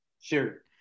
sure